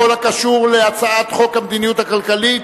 בכל הקשור להצעת חוק המדיניות הכלכלית